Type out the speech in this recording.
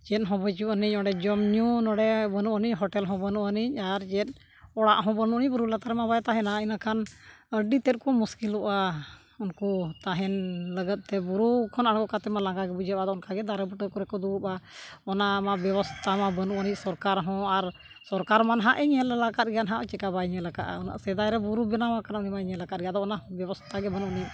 ᱪᱮᱫ ᱦᱚᱸ ᱵᱩᱡᱩᱜ ᱟᱹᱱᱤᱡ ᱚᱸᱰᱮ ᱡᱚᱢ ᱧᱩ ᱱᱚᱰᱮ ᱵᱟᱹᱱᱩᱜ ᱟᱱᱤ ᱦᱳᱴᱮᱞ ᱦᱚᱸ ᱵᱟᱹᱱᱩᱜ ᱟᱹᱱᱤᱧ ᱟᱨ ᱪᱮᱫ ᱚᱲᱟᱜ ᱦᱚᱸ ᱵᱟᱹᱱᱩᱜ ᱟᱹᱱᱤᱡ ᱵᱩᱨᱩ ᱞᱟᱛᱟᱨ ᱨᱮᱢᱟ ᱵᱟᱭ ᱛᱟᱦᱮᱱᱟ ᱤᱱᱟᱹᱠᱷᱟᱱ ᱟᱹᱰᱤᱛᱮᱫ ᱠᱚ ᱢᱩᱥᱠᱤᱞᱚᱜᱼᱟ ᱩᱱᱠᱩ ᱛᱟᱦᱮᱱ ᱞᱟᱹᱜᱤᱫ ᱛᱮ ᱵᱩᱨᱩ ᱠᱷᱚᱱ ᱟᱬᱜᱚ ᱠᱟᱛᱮ ᱢᱟ ᱞᱟᱸᱜᱟ ᱜᱮ ᱵᱩᱡᱷᱟᱹᱜᱼᱟ ᱟᱫᱚ ᱚᱱᱠᱟ ᱜᱮ ᱫᱟᱨᱮ ᱵᱩᱴᱟᱹ ᱠᱚᱨᱮ ᱠᱚ ᱫᱩᱲᱩᱵᱼᱟ ᱚᱱᱟ ᱢᱟ ᱵᱮᱵᱚᱥᱛᱟ ᱢᱟ ᱵᱟᱹᱱᱩᱜ ᱟᱹᱱᱤᱡ ᱥᱚᱨᱠᱟᱨ ᱦᱚᱸ ᱟᱨ ᱥᱚᱨᱠᱟᱨ ᱢᱟ ᱦᱟᱸᱜ ᱤᱧ ᱧᱮᱞ ᱟᱠᱟᱫ ᱜᱮᱭᱟ ᱦᱟᱜ ᱪᱮᱠᱟ ᱵᱟᱭ ᱧᱮᱞ ᱠᱟᱜᱼᱟ ᱩᱱᱟᱹᱜ ᱥᱮᱫᱟᱭ ᱨᱮ ᱵᱩᱨᱩ ᱵᱮᱱᱟᱣ ᱟᱠᱟᱱᱟ ᱩᱱᱤ ᱵᱟᱭ ᱧᱮᱞ ᱟᱠᱟᱫ ᱜᱮᱭᱟ ᱟᱫᱚ ᱚᱱᱟ ᱵᱮᱵᱚᱥᱛᱷᱟ ᱜᱮ ᱵᱟᱹᱱᱩᱜ ᱟᱹᱱᱤᱡ